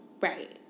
Right